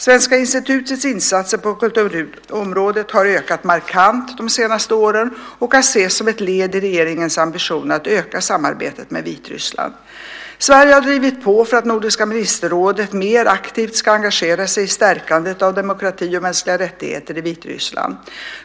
Svenska institutets insatser på kulturområdet har ökat markant de senaste åren och kan ses som ett led i regeringens ambition att öka samarbetet med Vitryssland. Sverige har drivit på för att Nordiska ministerrådet mer aktivt ska engagera sig i stärkandet av demokrati och mänskliga rättigheter i Vitryssland.